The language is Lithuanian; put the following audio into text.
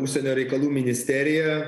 užsienio reikalų ministerija